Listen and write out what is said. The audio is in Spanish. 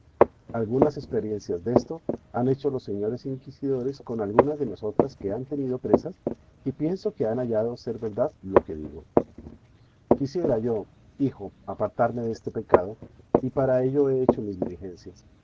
algunas experiencias desto han hecho los señores inquisidores con algunas de nosotras que han tenido presas y pienso que han hallado ser verdad lo que digo quisiera yo hijo apartarme deste pecado y para ello he hecho mis diligencias